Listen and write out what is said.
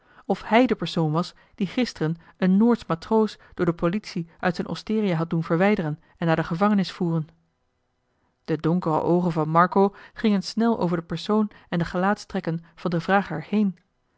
of hij de persoon was die gisteren een noordsch matroos door de politie uit zijn osteria had doen verwijderen en naar de gevangenis voeren de donkere oogen van marco gingen snel over den persoon en de gelaatstrekken van den vrager heen